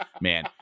man